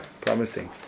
promising